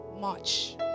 March